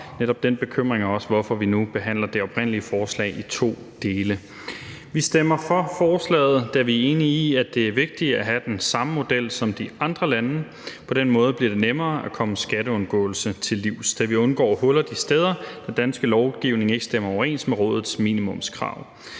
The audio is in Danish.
Netop den bekymring er også grunden til, at vi nu behandler det oprindelige forslag i to dele. Vi stemmer for forslaget, da vi er enige i, at det er vigtigt at have den samme model som de andre lande. På den måde bliver det nemmere at komme skatteundgåelse til livs, da vi undgår huller de steder, hvor den danske lovgivning ikke stemmer overens med Rådets minimumskrav.